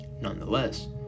Nonetheless